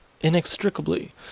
inextricably